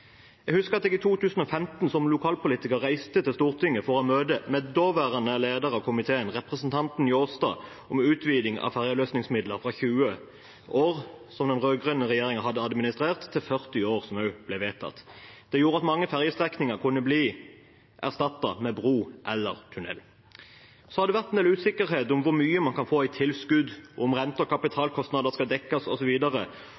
Jeg husker at jeg i 2015, som lokalpolitiker, reiste til Stortinget for å ha et møte med daværende leder av komiteen, representanten Njåstad, om utviding av ferjeavløsningsmidler fra 20 år – slik den rød-grønne regjeringen hadde administrert det – til 40 år, som ble vedtatt. Det gjorde at mange ferjestrekninger kunne bli erstattet med bro eller tunnel. Det har vært en del usikkerhet om hvor mye man kan få i tilskudd, om rente- og kapitalkostnader skal dekkes og så videre